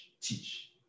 Teach